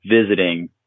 visiting